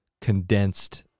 condensed